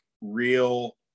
real